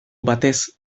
batez